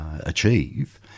achieve